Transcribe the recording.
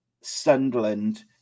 Sunderland